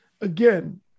again